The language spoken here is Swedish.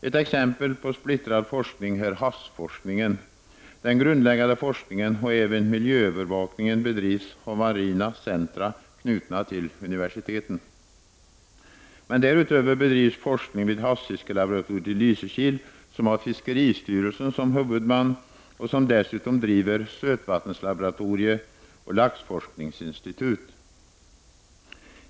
Ett exempel på splittrad forskning är havsforskningen. Den grundläggande forskningen och även miljöövervakningen bedrivs av marina centra, knutna till universiteten. Därutöver bedrivs forskning vid havsfiskelaboratoriet i Lysekil, som har fiskeristyrelsen som huvudman och som dessutom driver sötvattenslaboratorieoch laxforskningsinstitutet.